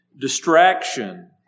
distraction